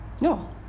No